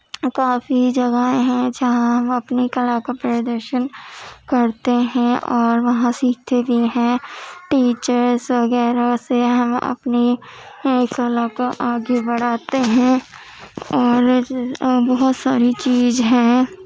کافی جگہ ہیں جہاں ہم اپنی کلا کا پردرشن کرتے ہیں اور وہاں سیکھتے بھی ہیں ٹیچرس وغیرہ سے ہم اپنی اس کلا کو آگے بڑھاتے ہیں اور بہت ساری چیز ہے